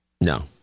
No